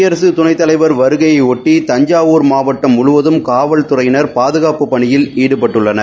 குடியரசுத் துணைத்தலைவர் வருகையைபொட்டி தஞ்சாவூர் மாவட்டம் முழுவதும் காவல்தறையினர் பாதுகாப்புப் பனியில் ஈடுபட்டுள்ளனர்